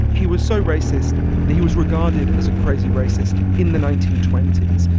he was so racist that he was regarded as a crazy racist in the nineteen twenty s.